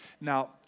Now